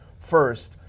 first